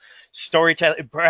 storytelling